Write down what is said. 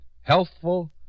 Healthful